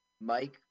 Mike